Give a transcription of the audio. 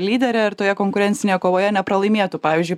lydere ir toje konkurencinėje kovoje nepralaimėtų pavyzdžiui